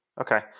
Okay